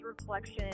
reflection